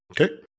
Okay